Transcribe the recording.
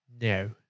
no